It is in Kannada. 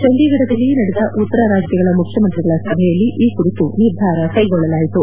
ಚಂಡೀಗಢದಲ್ಲಿ ನಡೆದ ಉತ್ತರ ರಾಜ್ಯಗಳ ಮುಖ್ಯಮಂತ್ರಿಗಳ ಸಭೆಯಲ್ಲಿ ಈ ಕುರಿತು ನಿರ್ಧಾರ ಕ್ಲೆಗೊಳ್ಳಲಾಯಿತು